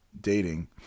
dating